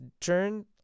turn